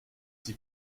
sie